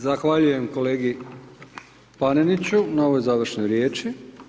Zahvaljujem kolegi Paneniću na ovoj završnoj riječi.